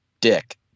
Dick